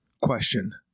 question